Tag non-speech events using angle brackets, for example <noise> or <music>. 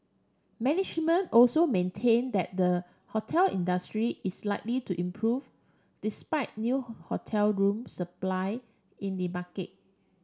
management also maintain that the hotel industry is likely to improve despite new <unintelligible> hotel room supply in the market